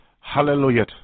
Hallelujah